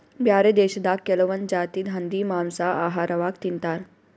ಬ್ಯಾರೆ ದೇಶದಾಗ್ ಕೆಲವೊಂದ್ ಜಾತಿದ್ ಹಂದಿ ಮಾಂಸಾ ಆಹಾರವಾಗ್ ತಿಂತಾರ್